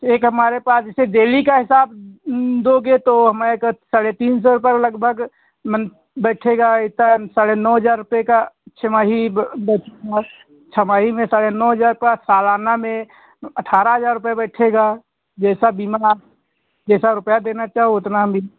एक हमारे पास जैसे डेली का हिसाब दोगे तो हमें एक साढ़े तीन सौ रुपये में लगभग बैठेगा इतना साढ़े नौ हजार रुपये का छमाही छमाही में साढ़े नौ हजार का सालाना में अठारह हजार रुपया बैठेगा जैसा बीमा आप जैसा रुपया देना चाहो उतना हम